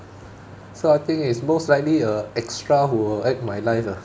so I think it's most likely a extra who will act my life ah